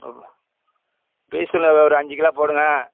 பீன்ஸுல ஒரு அஞ்சு கிலோ போடுங்கள்